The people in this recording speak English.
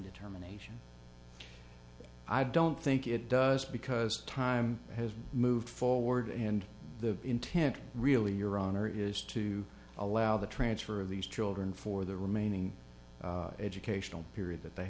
determination i don't think it does because the time has moved forward and the intent really your honor is to allow the transfer of these children for the remaining educational period that they